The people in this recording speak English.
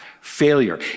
failure